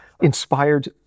inspired